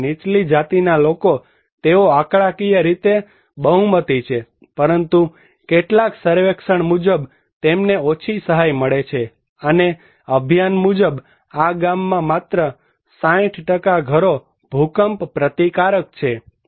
જ્યારે નીચલી જાતિના લોકો તેઓની આંકડાકીય રીતે બહુમતી છે પરંતુ કેટલાક સર્વેક્ષણ મુજબ તેમને ઓછી સહાય મળે છે અને અભિયાન મુજબ આ ગામમાં માત્ર 60 ઘરો ભૂકંપ પ્રતિકારક છે